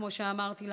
כמו שאמרתי,